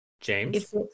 James